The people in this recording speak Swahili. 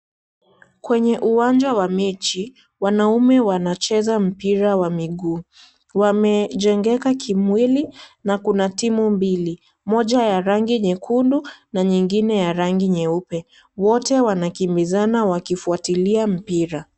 Kwenye uwanja wa mechi wanaume wanacheza mpira wa miguu, wamejengeka kimwili na kuna timu mbili moja ya rangi nyekundu na nyingine ya rangi nyeupe wote wanakimbizana wakifuatilia mpira.